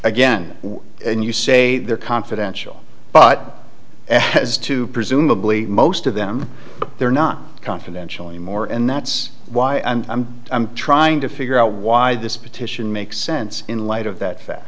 again you say they're confidential but as to presumably most of them they're not confidential anymore and that's why i'm trying to figure out why this petition makes sense in light of that fact